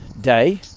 day